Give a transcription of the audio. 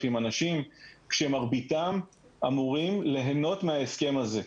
אנשים שמרביתם אמורים ליהנות מההסכם הזה,